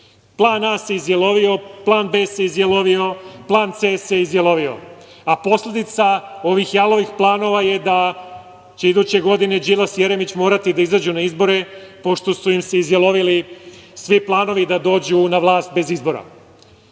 srce. Plan A se izjalovio, plan B se izjalovio, plan C se izjalovio, a posledica ovih jalovih planova je da će iduće godine Đilas i Jeremić morati da izađu na izbore, pošto su im se izjalovili svi planovi da dođu na vlast bez